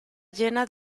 llena